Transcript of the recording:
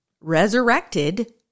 resurrected